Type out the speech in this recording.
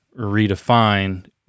redefine